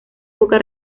poca